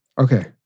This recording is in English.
Okay